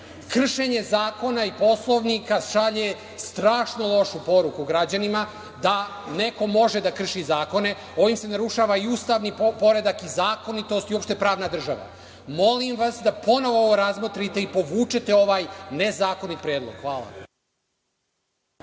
Kršenje zakona i Poslovnika šalje strašno lošu poruku građanima da neko može da krši zakone. Ovim se narušava i ustavni poredak i zakonitost i uopšte pravna država. Molim vas da ponovo ovo razmotrite i povučete ovaj nezakonit predlog. Hvala.